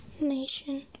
nation